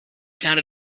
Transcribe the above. found